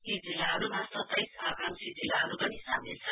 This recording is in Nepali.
यी जिल्लाहरुमा सत्ताइस आंकाक्षी जिल्लाहरु पनि सामेल छन्